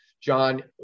John